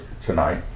tonight